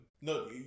No